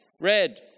red